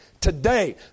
today